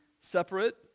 separate